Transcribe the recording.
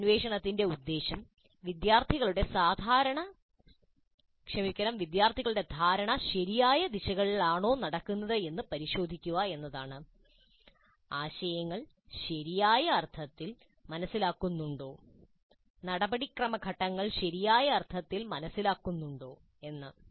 ഈ അന്വേഷണത്തിന്റെ ഉദ്ദേശ്യം വിദ്യാർത്ഥികളുടെ ധാരണ ശരിയായ ദിശകളിലാണോ നടക്കുന്നത് എന്ന് പരിശോധിക്കുക എന്നതാണ് ആശയങ്ങൾ ശരിയായ അർത്ഥത്തിൽ മനസ്സിലാക്കുന്നുണ്ടോ നടപടിക്രമഘട്ടങ്ങൾ ശരിയായ അർത്ഥത്തിൽ മനസ്സിലാക്കുന്നുണ്ടോ എന്ന്